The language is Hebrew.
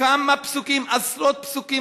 כמה פסוקים, עשרות פסוקים.